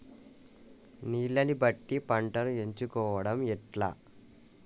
నీళ్లని బట్టి పంటను ఎంచుకోవడం ఎట్లా?